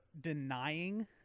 denying